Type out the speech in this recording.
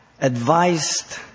advised